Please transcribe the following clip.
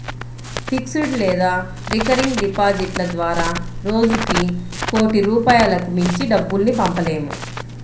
fixed లేదా recurring డిపాజిట్ల ద్వారా రోజుకి కోటి రూపాయలకు మించి డబ్బుల్ని పంపలేము